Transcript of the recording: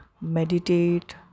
meditate